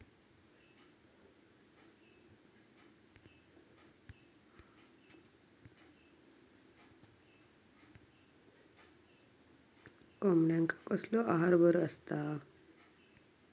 कोंबड्यांका कसलो आहार बरो असता?